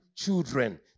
children